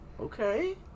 Okay